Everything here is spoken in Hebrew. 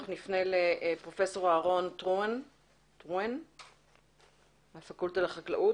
אנחנו נפנה לפרופ' אהרון טרואן מהפקולטה לחקלאות,